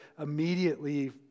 immediately